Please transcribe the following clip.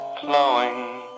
flowing